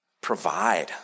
Provide